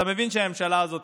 אתה מבין שהממשלה הזאת